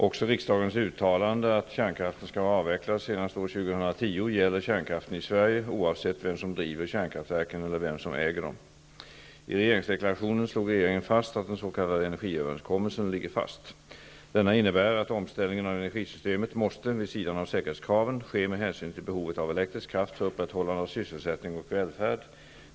Också riksdagens uttalande att kärnkraften skall vara avvecklad senast år 2010 gäller kärnkraften i Sverige, oavsett vem som driver kärnkraftverken eller vem som äger dem. I regeringsdeklarationen slog regeringen fast att den s.k. energiöverenskommelsen ligger fast. Denna innebär att omställningen av energisystemet måste, vid sidan av säkerhetskraven, ske med hänsyn till behovet av elektrisk kraft för upprätthållande av sysselsättning och välfärd.